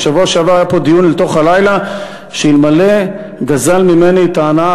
בשבוע שעבר היה פה דיון לתוך הלילה שאלמלא גזל ממני את ההנאה,